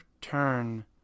turn